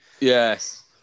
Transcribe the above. Yes